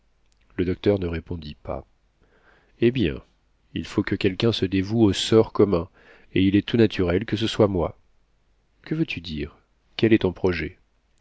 le docteur ne répondit pas eh bien il faut que quelqu'un se dévoue au sort commun et il est tout naturel que ce soit moi que veux-tu dire quel est ton projet